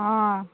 ହଁ